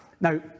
Now